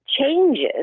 changes